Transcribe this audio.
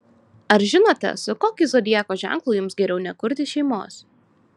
ar žinote su kokiu zodiako ženklu jums geriau nekurti šeimos